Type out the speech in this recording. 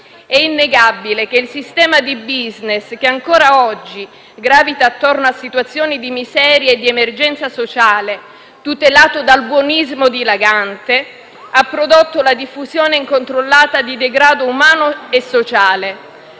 È innegabile che il sistema di *business* che ancora oggi gravita attorno a situazioni di miseria e di emergenza sociale, tutelato dal buonismo dilagante, ha prodotto la diffusione incontrollata di degrado umano e sociale